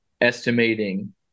estimating